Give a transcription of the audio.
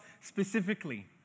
specifically